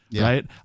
Right